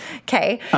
Okay